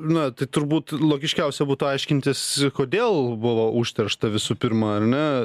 na tai turbūt logiškiausia būtų aiškintis kodėl buvo užteršta visų pirma ar ne